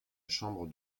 chambre